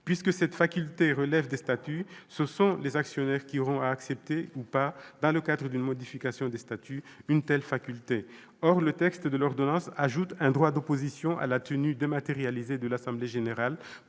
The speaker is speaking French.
puisque cette faculté relève des statuts, ce sont les actionnaires qui auront à accepter ou non, dans le cadre d'une modification des statuts, une telle faculté. Or l'ordonnance ajoute un droit d'opposition à la tenue dématérialisée de l'assemblée générale